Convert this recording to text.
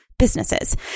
Businesses